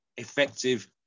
effective